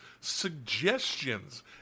suggestions